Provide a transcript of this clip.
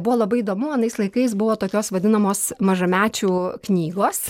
buvo labai įdomu anais laikais buvo tokios vadinamos mažamečių knygos